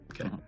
Okay